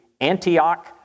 Antioch